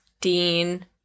Dean